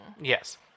Yes